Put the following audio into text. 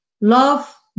love